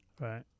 Right